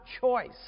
choice